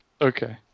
Okay